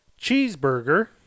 Cheeseburger